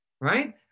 Right